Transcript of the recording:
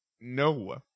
No